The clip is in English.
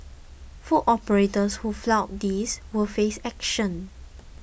food operators who flout this will face action